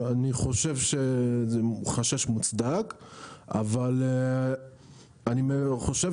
אני חושב שזה חשש מוצדק אבל אני חושב